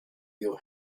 your